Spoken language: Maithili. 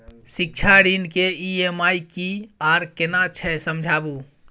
शिक्षा ऋण के ई.एम.आई की आर केना छै समझाबू?